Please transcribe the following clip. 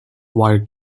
while